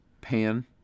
pan